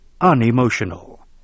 unemotional